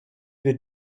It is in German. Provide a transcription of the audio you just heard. wir